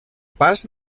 pas